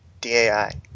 DAI